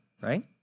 right